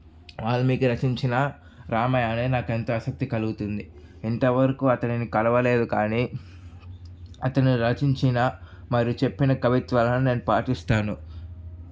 వాల్మీకి రచించిన రామాయణం నాకెంతో ఆసక్తి కలుగుతుంది ఇంతవరకు అతనిని కలవలేదు కానీ అతను రచించిన మరియు చెప్పిన కవిత్వాలను నేను పాటిస్తాను